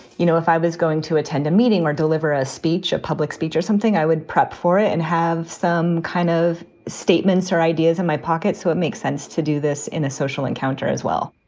you know, if i was going to attend a meeting or deliver a speech, a public speech or something, i would prep for it and have some kind of statements or ideas in my pocket. so it makes sense to do this in a social encounter as well